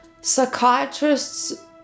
psychiatrists